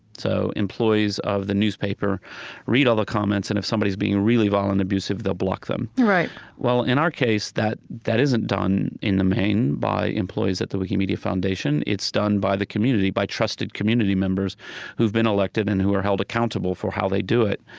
so employees of the newspaper read all the comments, and if somebody's being really vile and abusive, they'll block them right well, in our case, that that isn't done in the main by employees at the wikimedia foundation. it's done by the community, by trusted community members who've been elected and who are held accountable for how they do it.